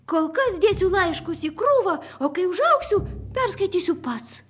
kol kas dėsiu laiškus į krūvą o kai užaugsiu perskaitysiu pats